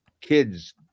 kids